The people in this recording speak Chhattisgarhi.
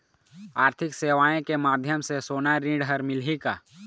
आरथिक सेवाएँ के माध्यम से सोना ऋण हर मिलही का?